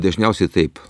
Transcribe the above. dažniausiai taip